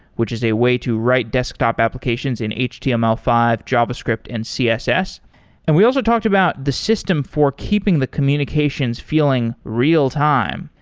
which is a way to write desktop applications in h t m l five, javascript and css and we also talked about the system for keeping the communications feeling real-time.